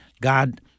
God